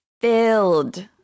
filled